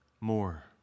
more